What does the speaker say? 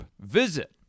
Visit